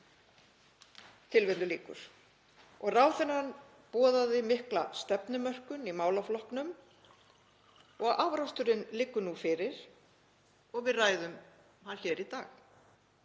við samfélagið.“ Ráðherrann boðaði mikla stefnumörkun í málaflokknum og afraksturinn liggur nú fyrir og við ræðum hann hér í dag.